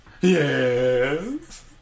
Yes